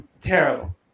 terrible